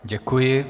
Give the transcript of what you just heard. Děkuji.